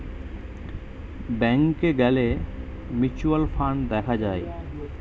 ব্যাংকে গ্যালে mutual fund দেখা যায়